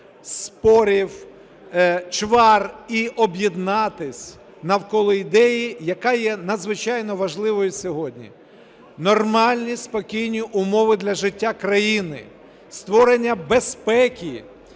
спорів, чвар і об'єднатися навколо ідеї, яка є надзвичайно важливою сьогодні – нормальні, спокійні умови для життя країни, створення безпеки.